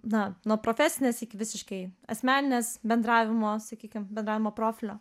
na nuo profesinės ir visiškai asmeninės bendravimo sakykim bendravimo profilio